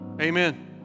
Amen